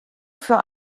für